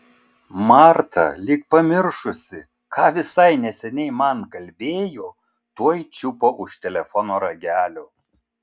marta lyg pamiršusi ką visai neseniai man kalbėjo tuoj čiupo už telefono ragelio